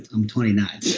i'm twenty nine,